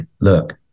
look